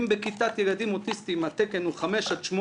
אם בכיתת ילדים אוטיסטים התקן הוא 5 8,